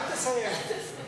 אל תסיים.